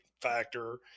factor